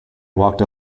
walked